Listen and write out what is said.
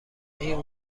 این